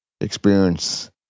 experience